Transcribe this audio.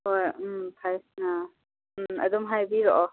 ꯍꯣꯏ ꯎꯝ ꯐꯩ ꯑꯥ ꯎꯝ ꯑꯗꯨꯝ ꯍꯥꯏꯕꯤꯔꯛꯑꯣ